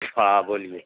ہاں بولیے